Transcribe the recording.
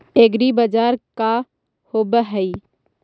एग्रीबाजार का होव हइ?